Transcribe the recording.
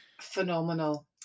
phenomenal